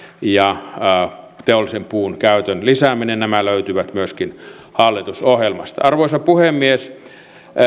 ja teollisen puun käytön lisääminen nämä löytyvät myöskin hallitusohjelmasta arvoisa puhemies